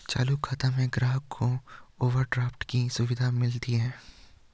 चालू खाता में ग्राहक को ओवरड्राफ्ट की सुविधा मिलती है